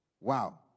Wow